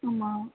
ஆமாம்